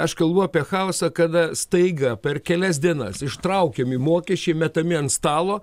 aš kalbu apie chaosą kada staiga per kelias dienas ištraukiami mokesčiai metami ant stalo